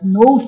no